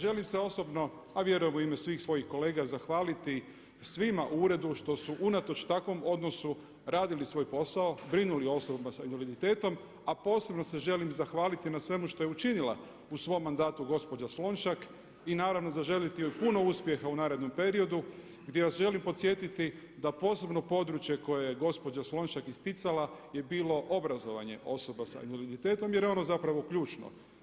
Želim se osobno, a vjerujem u ime svih svojih kolega zahvaliti svima u Uredu što su unatoč takvom odnosu radili svoj posao, brinuli o osobama s invaliditetom, a posebno se želim zahvaliti na svemu što je učinila u svom mandatu gospođa Slonjšak i naravno zaželiti joj puno uspjeha u narednom periodu gdje vas želim podsjetiti da posebno područje koje je gospođa Slonjšak isticala je bilo obrazovanje osoba s invaliditetom jer je ono zapravo ključno.